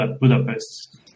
Budapest